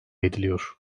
ediliyor